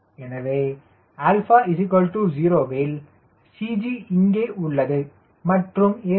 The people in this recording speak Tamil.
எனவே 𝛼0 இல் CG இங்கே உள்ளது மற்றும் a